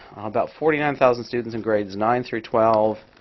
about forty nine thousand students in grades nine through twelve,